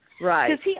Right